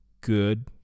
Good